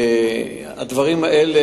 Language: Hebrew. הדברים האלה,